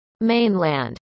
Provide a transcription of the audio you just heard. mainland